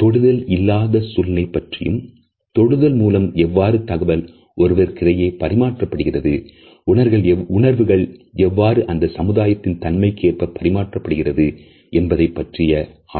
தொடுதல் இல்லாத சூழ்நிலை பற்றியும்தொடுதல் மூலம் எவ்வாறு தகவல் ஒருவர் கிடையே பரிமாறப்படுகிறது உணர்வுகள் எவ்வாறு அந்த சமுதாயத்தின் தன்மைக்கு ஏற்ப பரிமாறப்படுகிறது என்பதை பற்றி ஆராய்கிறது